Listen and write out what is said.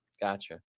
Gotcha